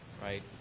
right